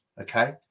Okay